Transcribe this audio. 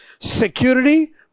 security